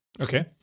Okay